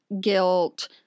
guilt